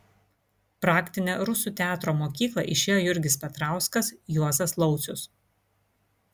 praktinę rusų teatro mokyklą išėjo jurgis petrauskas juozas laucius